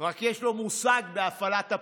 רק יש לו מושג בהפעלת הפה.